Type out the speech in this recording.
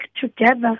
together